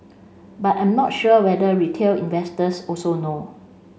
but I'm not sure whether retail investors also know